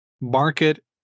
market